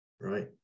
right